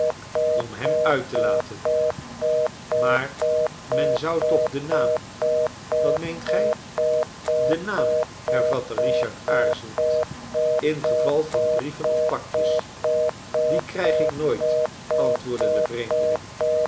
om hem uit te laten maar men zou toch den naam wat meent gij den naam hervatte richard aarzelend in geval van brieven of pakjes die krijg ik nooit antwoordde de vreemdeling